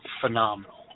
phenomenal